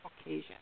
occasion